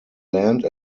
land